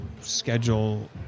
schedule